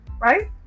right